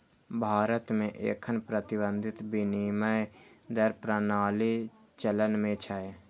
भारत मे एखन प्रबंधित विनिमय दर प्रणाली चलन मे छै